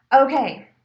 Okay